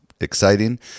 exciting